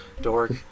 Dork